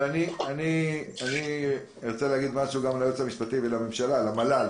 אני רוצה להגיד משהו גם יועץ המשפטי לממשלה ולמל"ל